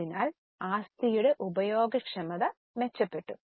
അതിനാൽ ആസ്തിയുടെ ഉപയോഗക്ഷമത മെച്ചപ്പെട്ടു